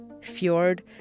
Fjord